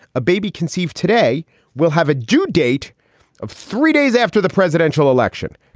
a baby conceived today will have a due date of three days after the presidential election.